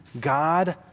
God